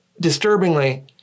Disturbingly